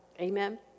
Amen